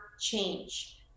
change